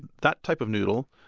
that type of noodle,